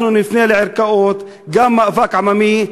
אנחנו נפנה לערכאות, וגם, מאבק עממי.